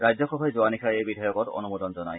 ৰাজ্যসভাই যোৱা নিশা এই বিধেয়কত অনুমোদন জনায়